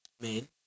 made